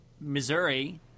Missouri